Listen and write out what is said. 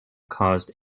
caused